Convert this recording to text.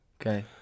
Okay